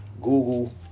Google